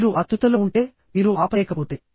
మీరు ఆతురుతలో ఉంటే మీరు ఆపలేకపోతే